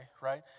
right